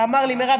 אמר לי: מירב,